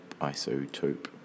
isotope